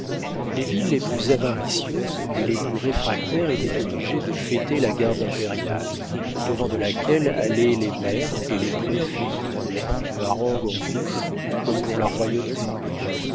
les villes les plus avaricieuses et les plus réfractaires étaient obligées de fêter la garde impériale au-devant de laquelle allaient les maires et les préfets une harangue en bouche comme pour la royauté